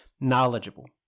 knowledgeable